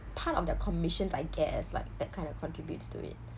part of their commissions I guess like that kind of contributes to it